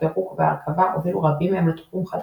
הפירוק וההרכבה הובילו רבים מהם לתחום חדש,